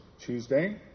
Tuesday